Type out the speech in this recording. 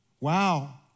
Wow